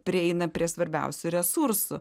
prieina prie svarbiausių resursų